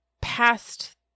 past